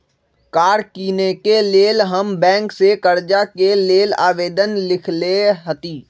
कार किनेके लेल हम बैंक से कर्जा के लेल आवेदन लिखलेए हती